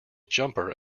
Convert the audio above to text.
jumper